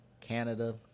Canada